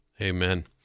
Amen